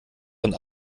von